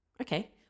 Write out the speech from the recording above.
okay